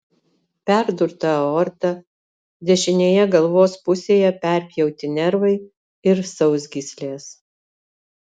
perdurta aorta dešinėje galvos pusėje perpjauti nervai ir sausgyslės